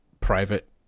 private